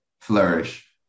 flourish